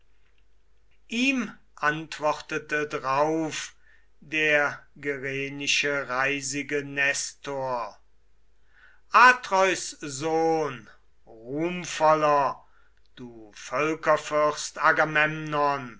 ihm antwortete drauf der gerenische reisige nestor atreus sohn ruhmvoller du